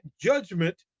judgment